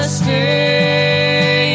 stay